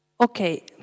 Okay